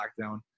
lockdown